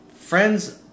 friends